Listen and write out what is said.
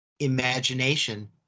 imagination